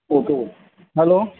okay hello